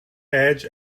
edge